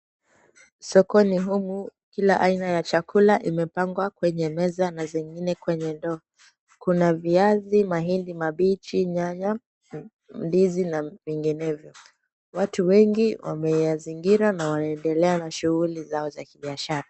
Sokoni humu, kila aina ya chakula imepangwa kwenye meza na zingine kwenye ndoo. Kuna viazi, mahindi mabichi, nyanya, ndizi na vinginevyo. Watu wengi wameyazingira na wanaendelea na shughuli za kibiashara.